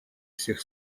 всех